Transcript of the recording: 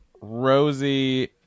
Rosie